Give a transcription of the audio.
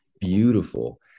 beautiful